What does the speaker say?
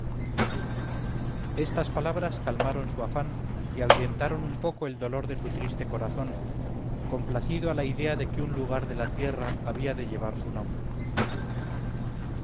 estas palabras calmaron su afán y ahuyentaron un poco el dolor de su triste corazón complacido a la idea de que un lugar de la tierra había de llevar su nombre